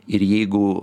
ir jeigu